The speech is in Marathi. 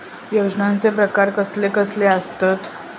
योजनांचे प्रकार कसले कसले असतत?